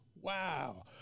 wow